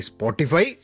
Spotify